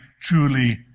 truly